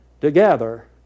together